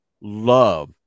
love